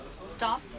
Stop